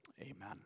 Amen